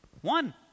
One